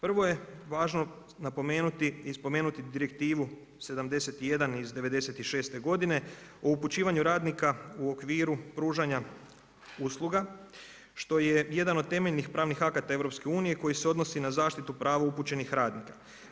Prvo je važno napomenuti i spomenuti Direktivu 71/1996 o upućivanju radnika u okviru pružanja usluga, što je jedan od temeljnih pravnih akata EU, koji se odnosi na zaštitu prava upućenih radnika.